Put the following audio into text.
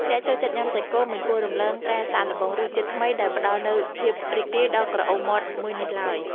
អ្នកចូលចិត្តញ៉ាំសាច់គោមិនគួររំលងការសាកល្បងរសជាតិថ្មីដែលផ្តល់នូវភាពរីករាយដល់ក្រអូមមាត់មួយនេះឡើយ។